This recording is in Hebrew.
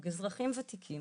אזרחים ותיקים,